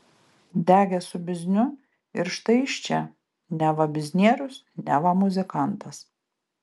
degė su bizniu ir štai jis čia neva biznierius neva muzikantas